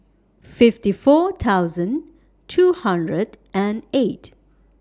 fifty four thousand two hundred and eight